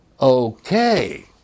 Okay